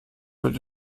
wird